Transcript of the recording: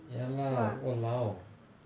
ya lah !walao!